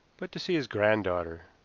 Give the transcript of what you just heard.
but to see his granddaughter.